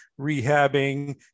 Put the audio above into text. rehabbing